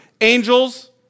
angels